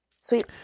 Sweet